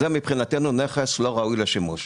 זהו, מבחינתנו, נכס לא ראוי לשימוש".